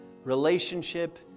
relationship